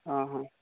ଓଃ ହ